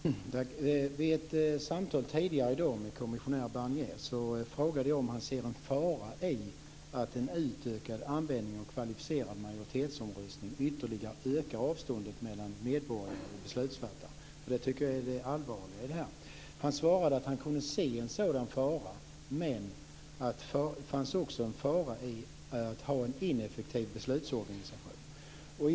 Fru talman! I ett samtal tidigare i dag med kommissionär Barnier frågade jag om han ser en fara i att en utökad användning av kvalificerad majoritetsomröstning ytterligare ökar avståndet mellan medborgare och beslutsfattare, för det tycker jag är det allvarliga i detta. Han svarade att han kunde se en sådan fara men att det också finns en fara i att ha en ineffektiv beslutsorganisation.